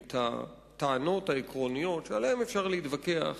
את הטענות העקרוניות, שעליהן אפשר להתווכח,